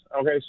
Okay